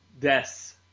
Deaths